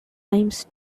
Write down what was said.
times